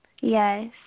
Yes